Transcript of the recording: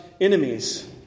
enemies